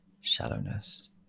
shallowness